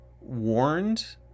warned